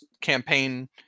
campaign